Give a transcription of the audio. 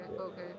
okay